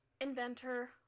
inventor